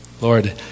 Lord